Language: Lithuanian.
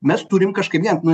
mes turim kažkaip gyvent nu